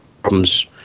problems